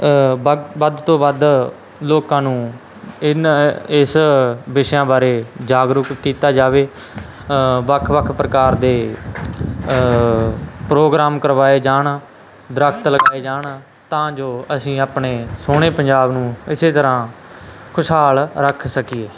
ਵੱ ਵੱਧ ਤੋਂ ਵੱਧ ਲੋਕਾਂ ਨੂੰ ਇਨ ਇਸ ਵਿਸ਼ਿਆਂ ਬਾਰੇ ਜਾਗਰੂਕ ਕੀਤਾ ਜਾਵੇ ਵੱਖ ਵੱਖ ਪ੍ਰਕਾਰ ਦੇ ਪ੍ਰੋਗਰਾਮ ਕਰਵਾਏ ਜਾਣ ਦਰੱਖਤ ਲਗਾਏ ਜਾਣ ਤਾਂ ਜੋ ਅਸੀਂ ਆਪਣੇ ਸੋਹਣੇ ਪੰਜਾਬ ਨੂੰ ਇਸ ਤਰ੍ਹਾਂ ਖੁਸ਼ਹਾਲ ਰੱਖ ਸਕੀਏ